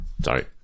sorry